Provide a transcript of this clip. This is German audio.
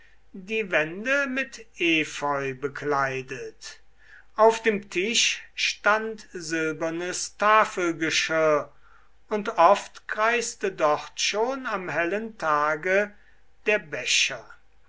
die wände mit efeu bekleidet auf dem tisch stand silbernes tafelgeschirr und oft kreiste dort schon am hellen tage der becher